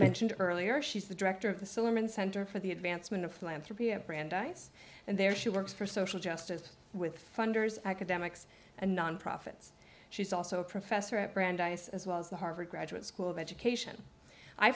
mentioned earlier she's the director of the silliman center for the advancement of philanthropy at brandeis and there she works for social justice with funders academics and non profits she's also a professor at brandeis as well as the harvard graduate school of education i